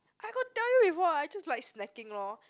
I got tell you before I just like snacking lor